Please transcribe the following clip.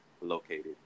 located